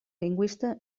lingüista